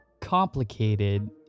complicated